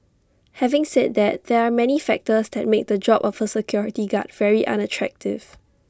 having said that there are many factors that make the job of A security guard very unattractive